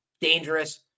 dangerous